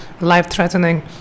life-threatening